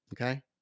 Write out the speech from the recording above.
Okay